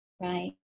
right